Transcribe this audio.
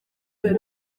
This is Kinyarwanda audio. ibi